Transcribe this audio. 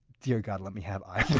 dear god, let me have eyebrows.